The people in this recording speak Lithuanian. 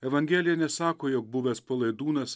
evangelija nesako jog buvęs palaidūnas